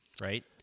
right